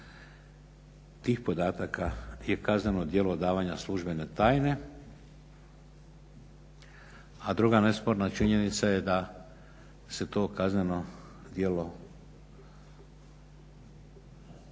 tih podataka je kazneno djelo odavanja službene tajne, a druga nesporna činjenica je da se to kazneno djelo